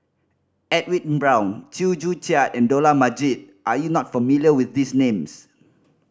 Edwin Brown Chew Joo Chiat and Dollah Majid are you not familiar with these names